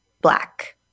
black